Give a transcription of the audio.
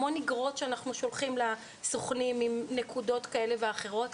יש המון אגרות שאנחנו שולחים לסוכנים עם נקודות כאלה ואחרות.